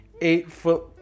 eight-foot